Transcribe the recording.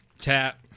Tap